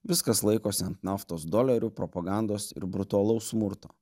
viskas laikosi ant naftos dolerių propagandos ir brutalaus smurto